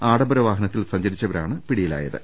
ആഡംബര വാഹനത്തിൽ സഞ്ചരിച്ചവരാണ് പിടിയി ലായത്